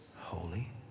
holy